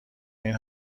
این